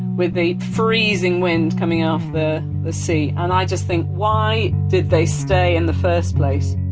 with a freezing wind coming off the the sea, and i just think, why did they stay in the first place?